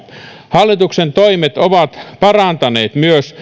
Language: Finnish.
hallituksen toimet ovat myös parantaneet